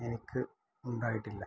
എനിക്ക് ഉണ്ടായിട്ടില്ല